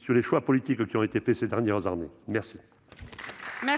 sur les choix politiques qui ont été faits ces dernières années. La